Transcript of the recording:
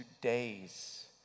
days